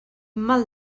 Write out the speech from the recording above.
mal